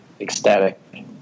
Ecstatic